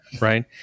Right